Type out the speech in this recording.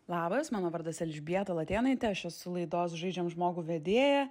labas mano vardas elžbieta latėnaitė aš esu laidos žaidžiam žmogų vedėja